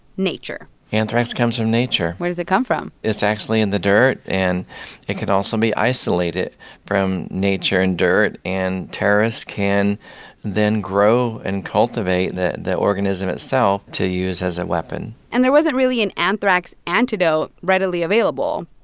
nature anthrax comes from nature where does it come from? it's actually in the dirt, and it can also be isolated from nature and dirt. and terrorists can then grow and cultivate the the organism itself to use as a weapon and there wasn't really an anthrax antidote readily available.